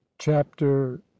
Chapter